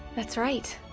that's right.